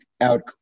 out